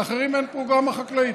באחרים אין פרוגרמה חקלאית,